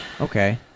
Okay